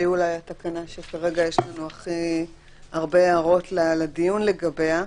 שהיא אולי התקנה שכרגע יש לנו הכי הרבה הערות לדיון לגביה.